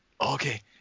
Okay